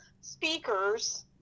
speakers